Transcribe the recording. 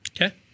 Okay